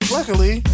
Luckily